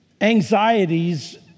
anxieties